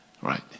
Right